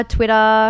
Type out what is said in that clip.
Twitter